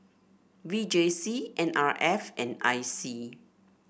V J C N R F and I C